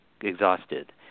exhausted